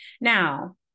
Now